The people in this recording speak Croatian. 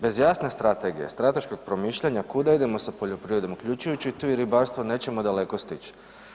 Bez jasne strategije, strateškog promišljanja kuda idemo sa poljoprivredom uključujući tu i ribarstvo, nećemo daleko stići.